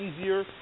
easier